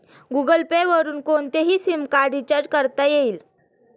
Google Pay वरुन कोणतेही SIM card recharge करता येईल